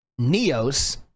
neos